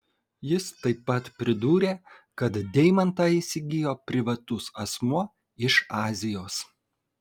jis taip pat pridūrė kad deimantą įsigijo privatus asmuo iš azijos